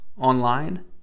online